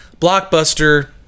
blockbuster